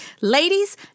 Ladies